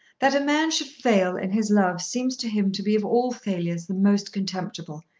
that a man should fail in his love seems to him to be of all failures the most contemptible,